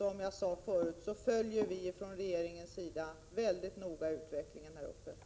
Som jag sade förut följer regeringen mycket noga utvecklingen i dessa trakter.